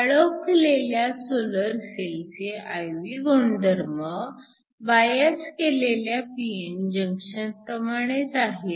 काळोखलेल्या solar सेलचे IV गुणधर्म bias केलेल्या pn जंक्शन प्रमाणेच आहेत